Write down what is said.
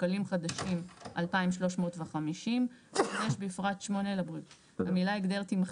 בשקלים חדשים 2,350". (5) בפרט (8) המילה "הגדר" - תימחק.